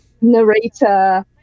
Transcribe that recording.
narrator